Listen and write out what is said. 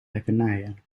lekkernijen